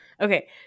Okay